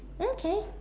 okay